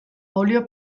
olio